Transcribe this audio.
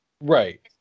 Right